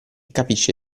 capisce